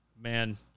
man